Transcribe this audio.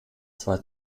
zwei